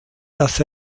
dass